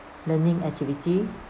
learning activity